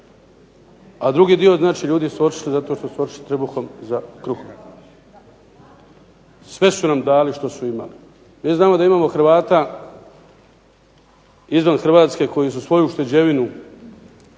a drugi dio ljudi su otišli zato što su otišli trbuhom za kruhom. Sve su nam dali što su imali. Mi znamo da imamo Hrvata izvan Hrvatske koji su svoju ušteđevinu,